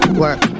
work